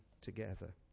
together